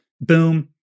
Boom